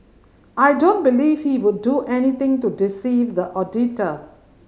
I don't believe he would do anything to deceive the auditor